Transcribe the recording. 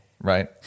right